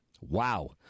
Wow